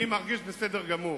אני מרגיש בסדר גמור.